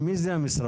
מי זה המשרד?